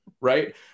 right